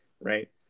right